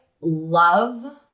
love